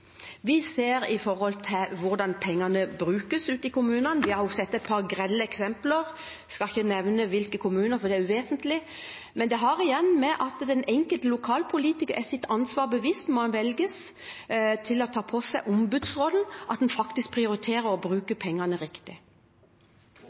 Vi ser det når det gjelder hvordan pengene brukes ute i kommunene. Vi har også sett et par grelle eksempler. Jeg skal ikke nevne hvilke kommuner, for det er uvesentlig. Men dette har igjen å gjøre med at den enkelte lokalpolitiker er sitt ansvar bevisst når man velges til å ta på seg ombudsrollen, at en faktisk prioriterer å bruke